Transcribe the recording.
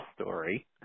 story